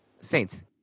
Saints